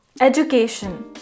Education